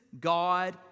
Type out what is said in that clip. God